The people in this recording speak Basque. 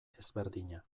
ezberdina